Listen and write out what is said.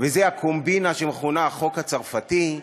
וזה הקומבינה שמכונה החוק הצרפתי.